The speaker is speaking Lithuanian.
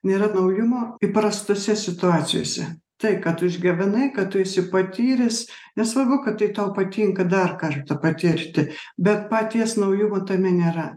nėra naujumo įprastose situacijose tai ką tu išgyvenai ką tu esi patyręs nesvarbu kad tai tau patinka dar kartą patirti bet paties naujumo tame nėra